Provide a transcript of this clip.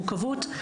מורכבות לא